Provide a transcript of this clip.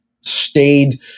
stayed